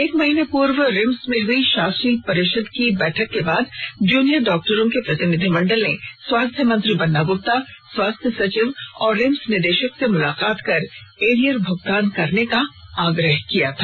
एक माह पूर्व रिम्स में हुई शासी परिषद की बैठक के बाद जूनियर डाक्टरों के प्रतिनिधिमंडल ने स्वास्थ्य मंत्री बन्ना गुप्ता स्वास्थ्य सचिव और रिम्स निदेशक से मुलाकात कर एरियर भुगतान करने का आग्रह किया था